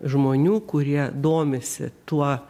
žmonių kurie domisi tuo